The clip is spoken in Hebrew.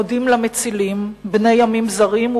מודים למצילים בני עמים זרים,